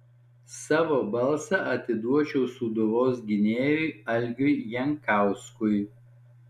savo balsą atiduočiau sūduvos gynėjui algiui jankauskui